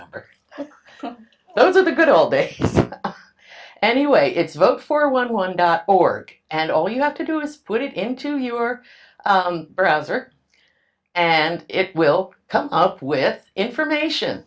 number those are the good old days anyway it's vote for one one dot org and all you have to do is put it into your browser and it will come up with information